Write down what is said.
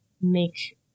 make